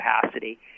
capacity